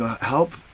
help